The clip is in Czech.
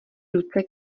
ruce